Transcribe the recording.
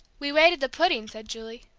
we waited the pudding, said julie.